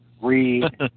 read